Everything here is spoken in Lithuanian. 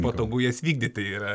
patogu jas vykdyti yra